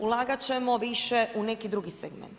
Ulagati ćemo više u neki drugi segment.